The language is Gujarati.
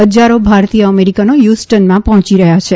ફજારો ભારતીય અમેરિકનો હ્યુસ્ટનમાં પર્હોચી રહ્યા છે